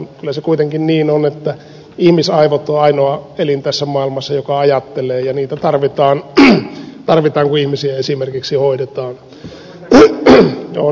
kyllä se kuitenkin niin on että ihmisaivot on ainoa elin tässä maailmassa joka ajattelee ja niitä tarvitaan kun ihmisiä esimerkiksi hoidetaan